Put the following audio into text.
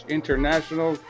International